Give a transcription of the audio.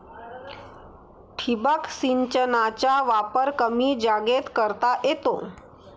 ठिबक सिंचनाचा वापर कमी जागेत करता येतो